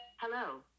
Hello